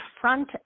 front